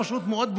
פשוט מאוד,